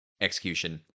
execution